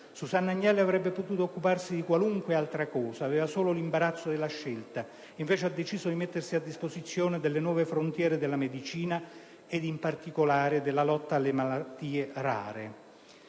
Susanna Agnelli avrebbe potuto occuparsi di qualunque altra cosa: aveva solo l'imbarazzo della scelta. Invece, ha deciso di mettersi a disposizione delle nuove frontiere della medicina e, in particolare, della lotta alle malattie rare.